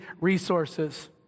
resources